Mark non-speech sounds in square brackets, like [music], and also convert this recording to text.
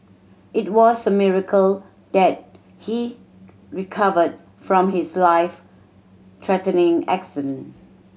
it was a miracle that he recovered from his life threatening [unintelligible]